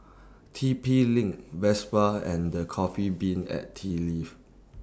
T P LINK Vespa and The Coffee Bean and Tea Leaf